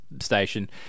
station